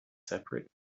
separate